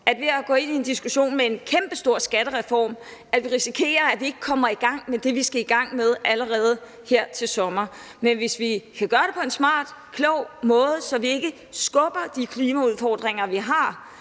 vi ved at gå ind i en diskussion om en kæmpestor skattereform risikerer, at vi ikke kommer i gang med det, vi skal i gang med, allerede her til sommer. Men hvis vi kan gøre det på en smart og klog måde, så vi ikke udskyder de klimaudfordringer, vi har,